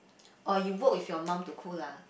oh you will with your mum to cook lah